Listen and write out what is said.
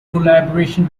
collaboration